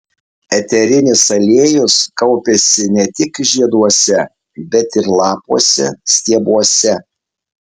eterinis aliejus kaupiasi ne tik žieduose bet ir lapuose stiebuose